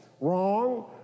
wrong